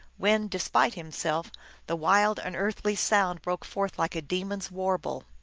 when despite him self the wild, unearthly sound broke forth like a de mon s warble.